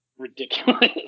ridiculous